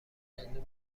گندم